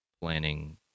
planning